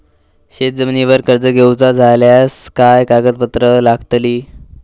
शेत जमिनीवर कर्ज घेऊचा झाल्यास काय कागदपत्र लागतली?